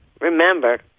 remember